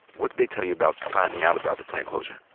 what did they tell you about finding out about the plant closure?